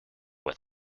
with